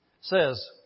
says